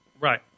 Right